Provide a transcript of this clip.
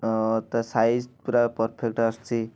ହଁ ତା' ସାଇଜ୍ ପୁରା ପରଫେକ୍ଟ ଆସୁଛି